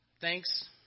Thanks